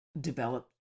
developed